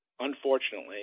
Unfortunately